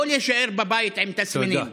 לא להישאר בבית עם תסמינים.